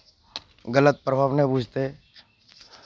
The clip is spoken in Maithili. गलत प्रभाव नहि बुझतै